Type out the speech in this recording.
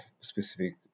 specific